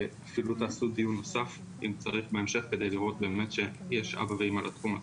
לעשות דיון נוסף אם צריך בהמשך כדי לראות באמת שיש אבא ואמא לתחום הזה.